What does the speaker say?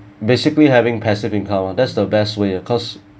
basically having passive income ah that's the best way because